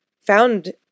found